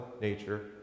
nature